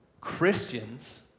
Christians